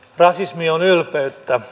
rasismi on ylpeyttä